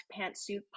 Pantsuit